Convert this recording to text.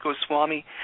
Goswami